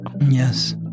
Yes